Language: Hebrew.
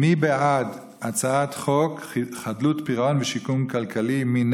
מי בעד הצעת חוק חדלות פירעון ושיקום כלכלי (תיקון מס' 2),